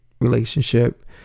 relationship